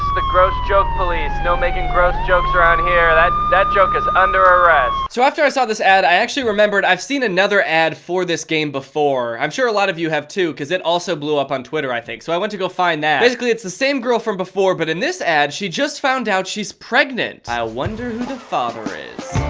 the gross joke police no making gross jokes around here, that that joke is under arrest. so after i saw this ad i actually remembered i've seen another ad for this game before. i'm sure a lot of you have too cause it also blew up on twitter i think. so i went to go find that. basically it's the same girl from before but in this ad she just found out she's pregnant. i wonder who the father is?